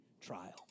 trial